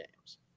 games